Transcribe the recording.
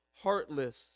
heartless